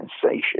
sensation